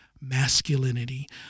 masculinity